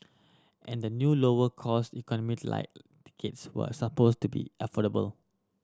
and the new lower cost Economy Lite tickets were supposed to be affordable